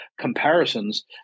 comparisons